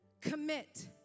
commit